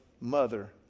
mother